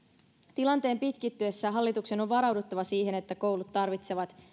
tilanteen pitkittyessä hallituksen on varauduttava siihen että koulut tarvitsevat